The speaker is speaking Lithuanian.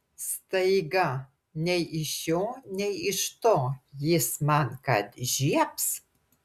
staiga nei iš šio nei iš to jis man kad žiebs